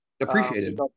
appreciated